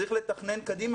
צריך לתכנן קדימה.